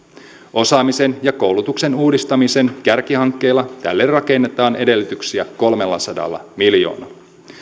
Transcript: osaamisen ja koulutuksen uudistamisen kärkihankkeilla tälle rakennetaan edellytyksiä kolmellasadalla miljoonalla